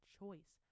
choice